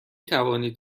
توانید